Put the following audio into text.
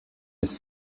des